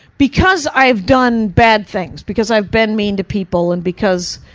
because i've done bad things, because i've been mean to people, and because,